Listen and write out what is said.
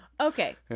Okay